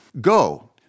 go